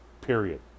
period